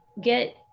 get